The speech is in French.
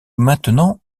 maintenant